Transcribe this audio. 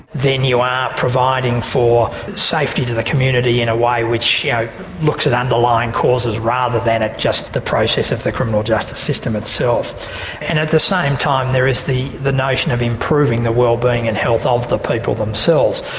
then you are providing for safety to the community in a way which looks at underlying causes rather than at just the process of the criminal justice system itself. and at the same time, there is the the notion of improving the wellbeing and health ah of the people themselves.